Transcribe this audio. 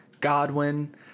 Godwin